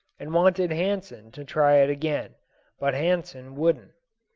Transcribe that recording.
and wanted hansen to try it again but hansen wouldn't.